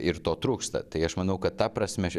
ir to trūksta tai aš manau kad ta prasme